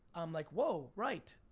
i'm like, whoa, right,